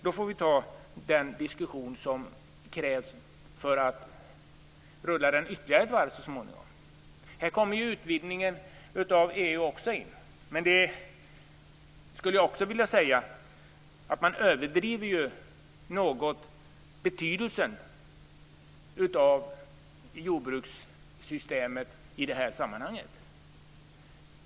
Då får vi ta den diskussion som krävs för att så småningom rulla det här ytterligare ett varv. Här kommer ju också utvidgningen av EU in. Men jag skulle vilja säga att man något överdriver betydelsen av jordbrukssystemet i det här sammanhanget.